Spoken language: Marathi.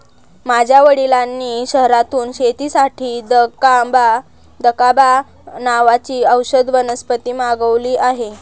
माझ्या वडिलांनी शहरातून शेतीसाठी दकांबा नावाची औषधी वनस्पती मागवली आहे